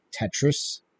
Tetris